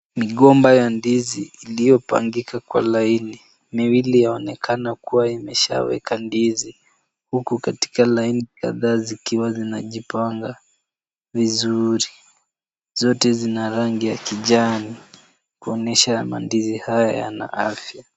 Migomba ya ndizi iliyopangika kwa laini, miwili yaonekana kuwa imeshaweka ndizi, huku katika laini kadhaa zikiwa zinajipanga vizuri. Zote zina rangi ya kijani, kuonyesha mandizi haya yana afya.